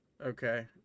Okay